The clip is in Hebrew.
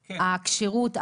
הכשירות,